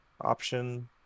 option